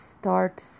start